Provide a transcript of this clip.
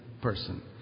person